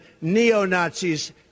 neo-Nazis